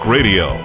Radio